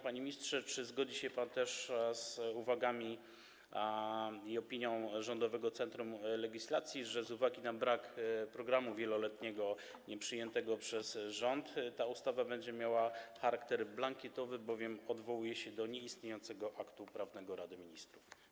Panie ministrze, czy zgodzi się pan z uwagami i opinią Rządowego Centrum Legislacji, że z uwagi na brak programu wieloletniego nieprzyjętego przez rząd ta ustawa będzie miała charakter blankietowy, bowiem odwołuje się do nieistniejącego aktu prawnego Rady Ministrów?